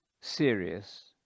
serious